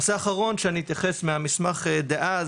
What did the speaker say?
נושא אחרון שאני אתייחס מהמסמך דאז